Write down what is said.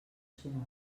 sonor